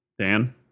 Dan